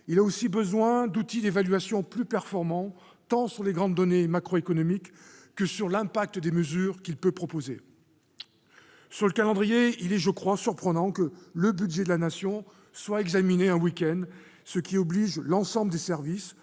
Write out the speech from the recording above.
plus favorables et d'outils d'évaluation plus performants, tant sur les grandes données macroéconomiques que sur l'impact des mesures qu'il propose. Sur le plan du calendrier, je trouve surprenant que le budget de la Nation soit examiné un week-end, ce qui oblige les services